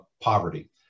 poverty